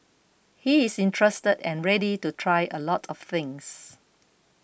he is interested and ready to try a lot of things